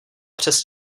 přes